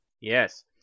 Yes